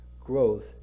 growth